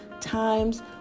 times